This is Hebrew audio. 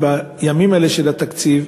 ובימים אלה של התקציב